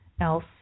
else